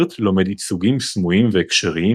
BERT לומד ייצוגים סמויים והקשריים